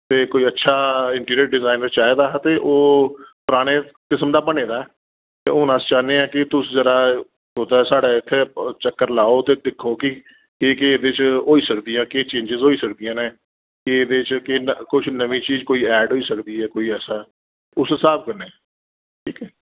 ते कोई अच्छा इंटरियर डिजाइनर चाहिदा हा ते ओह् पराने किसम दा बने दा ऐ ते हून अस चाहन्ने आं कि तुस जेह्ड़ा साढ़े इत्थैं कुतै चक्कर लाओ ते दिक्खो गी केह् केह् एह्दे च होई सकदी ऐ केह चेजिंस होई सकदियां न कि एहदे च के कुछ नमीं चीज ऐड होई सकदी ऐ कोई ऐसा उस स्हाब कन्नै ठीक ऐ